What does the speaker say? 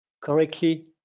correctly